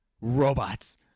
robots